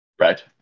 Right